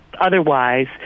Otherwise